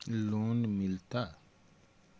Loan मिलता?